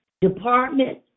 department